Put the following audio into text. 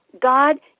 God